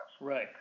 Right